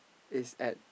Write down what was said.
is at